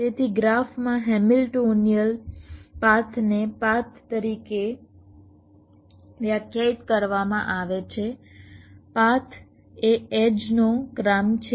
તેથી ગ્રાફમાં Hamiltonian path પાથ તરીકે વ્યાખ્યાયિત કરવામાં આવે છે પાથ એ એડ્જ નો ક્રમ છે